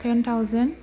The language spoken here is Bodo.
ten thousand